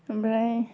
ओमफ्राय